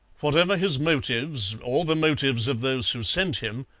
whatever his motives, or the motives of those who sent him,